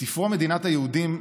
בספרו מדינת היהודים,